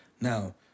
Now